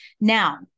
Now